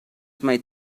might